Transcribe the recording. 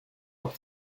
leur